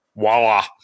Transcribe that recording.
voila